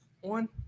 one